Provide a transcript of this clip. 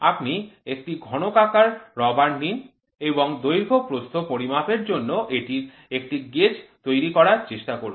আপনি একটি ঘনকাকার রাবার নিন এবং দৈর্ঘ্য প্রস্থ পরিমাপের জন্য এটির একটি গেজ তৈরি করার চেষ্টা করুন